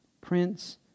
Prince